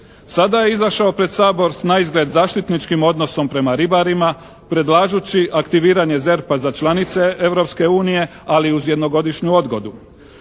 Sada je izašao pred Sabor s naizgled zaštitničkim odnosom prema ribarima predlažući aktiviranje ZERP-a za članice Europske unije, ali uz jednogodišnju odgodu.